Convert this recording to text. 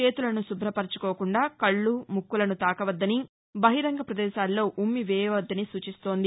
చేతులను శుభ్ర పరచుకోకుండా కళ్ళు ముక్కులను తాకవద్దని బహిరంగ పదేశాల్లో ఉమ్మి వేయ వద్దని సూచిస్తోంది